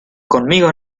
conmigo